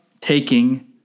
taking